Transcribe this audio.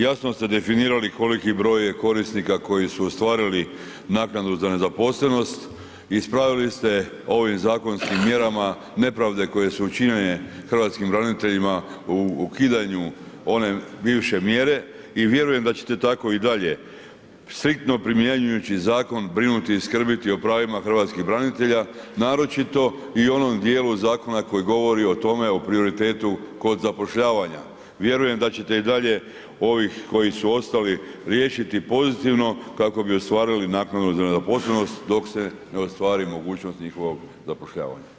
Jasno ste definirali koliko broj je korisnika koji su ostvarili naknadu za nezaposlenost, ispravili ste ovim zakonskim mjerama nepravde koje su učinjene hrvatskim braniteljima u ukidanju one bivše mjere i vjerujem da ćete tako i dalje striktno primjenjujući zakon brinuti i skrbiti o pravima hrvatskih branitelja, naročito i o onom dijelu zakona koji govori o tome, o prioritetu kod zapošljavanja, vjerujem da ćete i dalje ovih koji su ostali riješiti pozitivno kako bi ostvarili naknadu za nezaposlenost dok se ne ostvari mogućnost njihovog zapošljavanja.